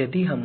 यदि हम